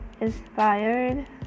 inspired